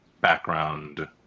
background